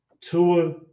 Tua